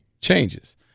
changes